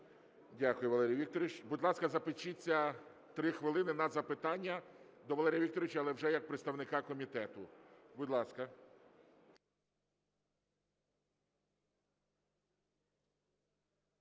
Дякую, Валерій Вікторович. Будь ласка, запишіться 3 хвилини на запитання до Валерія Вікторовича, але вже як представника комітету, будь ласка.